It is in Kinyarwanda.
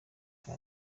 bwa